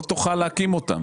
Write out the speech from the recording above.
לא תוכל להקים אותם.